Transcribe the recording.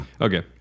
okay